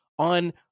On